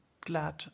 glad